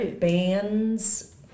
bands